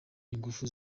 inguvu